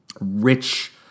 rich